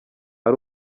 ari